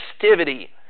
festivity